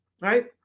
right